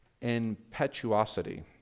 impetuosity